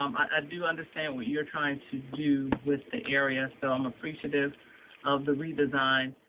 um i do understand what you're trying to do with the area. so i'm appreciative of the redesign.